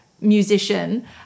musician